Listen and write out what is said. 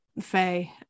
Faye